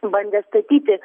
bandė statyti